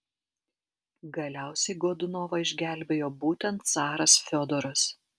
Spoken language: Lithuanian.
galiausiai godunovą išgelbėjo būtent caras fiodoras